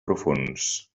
profunds